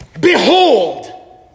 Behold